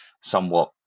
somewhat